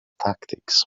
tactics